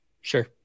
Sure